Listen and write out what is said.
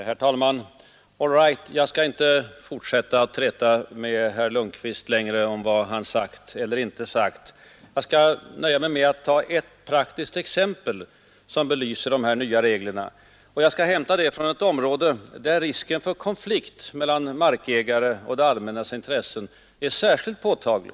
Herr talman! All right, jag skall inte fortsätta att träta med herr Lundkvist längre om vad han sagt eller inte sagt. Jag skall nöja mig med att ta ett praktiskt exempel som belyser de nya reglerna, och jag skall hämta det från ett område där risken för konflikt mellan markägarna och det allmännas intresse är särskilt påtaglig.